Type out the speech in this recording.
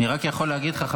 אני רק יכול להגיד לך,